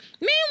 Meanwhile